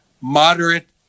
moderate